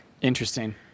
Interesting